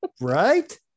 right